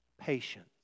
patience